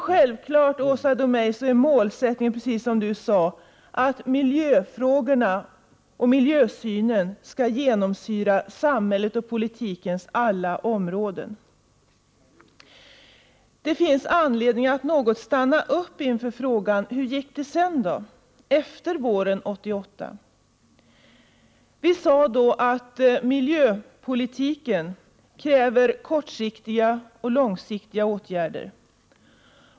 Självfallet, Åsa Domeij, är målsättningen att miljöfrågorna och miljösynen skall genomsyra samhällets och politikens alla områden. Det finns anledning att något stanna upp inför frågan hur det gick efter våren 1988. Vi sade då att miljöpolitiken kräver både kortsiktiga och långsiktiga åtgärder.